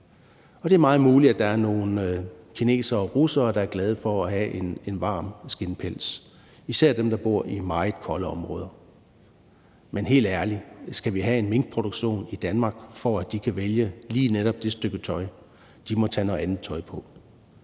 Det er meget muligt, at der er nogle kinesere og russere, der er glade for at have en varm skindpels, især dem, der bor i meget kolde områder, men helt ærligt, skal vi have en minkproduktion i Danmark, for at de kan vælge lige netop det stykke tøj? De må tage noget andet tøj på!